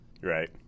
Right